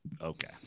okay